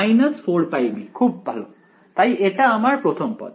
4πb খুব ভালো তাই এটা আমার প্রথম পদ